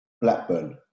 Blackburn